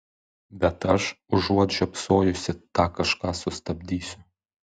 bet aš užuot žiopsojusi tą kažką sustabdysiu